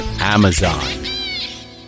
Amazon